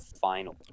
final